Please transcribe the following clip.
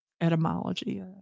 etymology